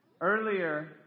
Earlier